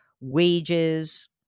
wages